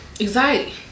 anxiety